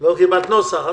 אל קיבלת נוסח.